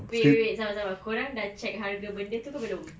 wait wait wait sabar sabar kau orang dah check harga benda tu ke belum